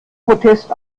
protest